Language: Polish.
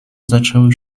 zaczęły